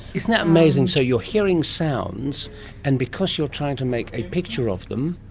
isn't that amazing. so you're hearing sounds and because you're trying to make a picture of them,